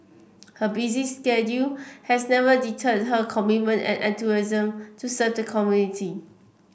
her busy schedule has never deterred her commitment and enthusiasm to serve the community